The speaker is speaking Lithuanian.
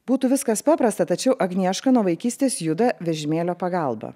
būtų viskas paprasta tačiau agnieška nuo vaikystės juda vežimėlio pagalba